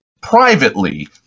privately